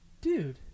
Dude